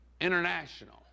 international